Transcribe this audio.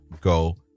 go